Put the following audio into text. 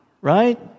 right